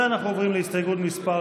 אנחנו עוברים להסתייגות מס'